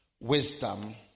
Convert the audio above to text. wisdom